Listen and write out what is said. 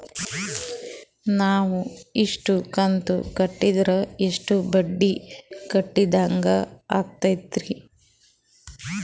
ನಾವು ಇಷ್ಟು ಕಂತು ಕಟ್ಟೀದ್ರ ಎಷ್ಟು ಬಡ್ಡೀ ಕಟ್ಟಿದಂಗಾಗ್ತದ್ರೀ?